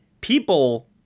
people